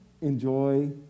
enjoy